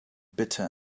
bitter